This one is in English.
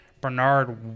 Bernard